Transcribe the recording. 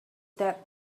that